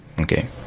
okay